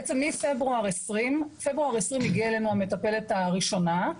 בעצם מפברואר 2020 הגיעה אלינו המטפלת הראשונה,